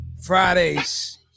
Fridays